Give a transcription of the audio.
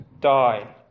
die